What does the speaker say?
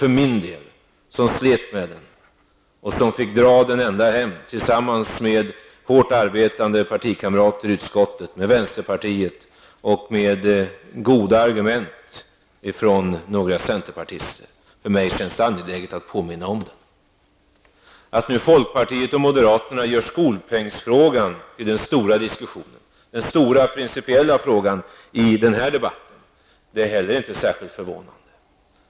För mig, som slet med debatten och som fick dra den ända hem tillsammans med hårt arbetande partikamrater i utskottet, med vänsterpartiet och med goda argument från några centerpartister, känns det angeläget att påminna om den. Att nu folkpartiet och moderaterna gör skolpengsfrågan till den stora principiella frågan i den här debatten är heller inte särskilt förvånande.